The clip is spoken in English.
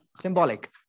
symbolic